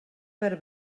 per